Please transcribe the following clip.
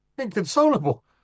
inconsolable